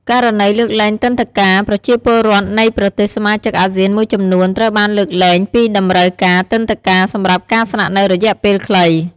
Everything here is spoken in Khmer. ករណីលើកលែងទិដ្ឋាការប្រជាពលរដ្ឋនៃប្រទេសសមាជិកអាស៊ានមួយចំនួន ត្រូវបានលើកលែងពីតម្រូវការទិដ្ឋាការសម្រាប់ការស្នាក់នៅរយៈពេលខ្លី។